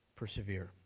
persevere